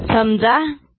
समजा 10